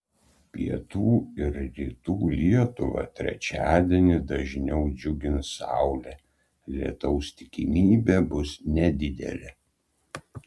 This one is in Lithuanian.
pietų ir rytų lietuvą trečiadienį dažniau džiugins saulė lietaus tikimybė bus nedidelė